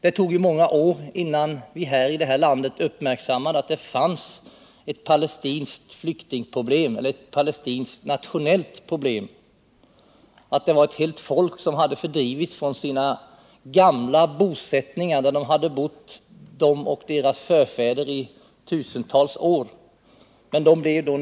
Det tog ju många år innan vi i det här landet uppmärksam 165 made att det fanns ett palestinskt flyktingproblem, eller ett palestinskt nationellt problem, och att det var ett helt folk som fördrivits från sina gamla bosättningar, där dessa människor och deras förfäder hade bott i tusentals år.